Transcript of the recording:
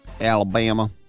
Alabama